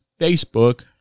Facebook